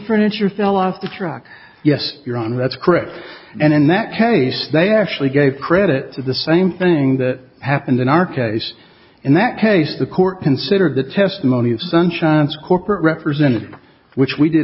furniture fell off the truck yes your honor that's correct and in that case they actually gave credit to the same thing that happened in our case in that case the court considered the testimony of sunshines corporate representative which we did